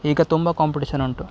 ಈಗ ತುಂಬ ಕಾಂಪಿಟೇಷನ್ ಉಂಟು